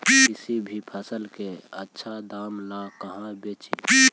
किसी भी फसल के आछा दाम ला कहा बेची?